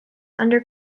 under